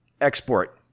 export